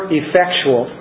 effectual